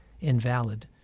invalid